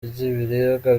ry’ibiribwa